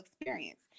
experience